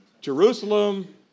Jerusalem